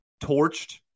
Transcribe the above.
torched